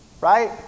right